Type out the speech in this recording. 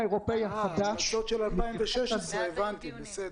אתה מדבר על ההמלצות של 2016. הבנתי.